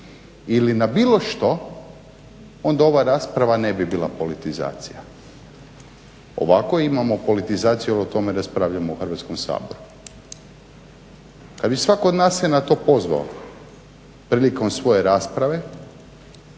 ili na bilo što onda ova rasprava ne bi bila politizacija ovako imamo politizaciju jer o tome raspravljamo u Hrvatskom saboru. Kada bi svatko od nas se na to pozvao prilikom svoje rasprave